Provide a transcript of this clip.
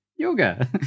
yoga